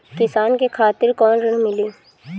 किसान के खातिर कौन ऋण मिली?